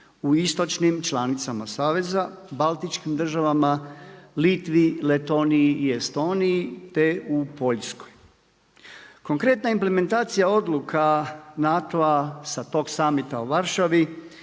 u istočnim članicama saveza, baltičkim državama, Litvi, Letoniji i Estoniji te u Poljskoj. Konkretne implementacija odluka NATO-a sa tog summita u Varšavi